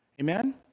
Amen